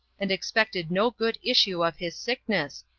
and expected no good issue of his sickness,